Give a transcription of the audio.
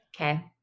okay